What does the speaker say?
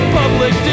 public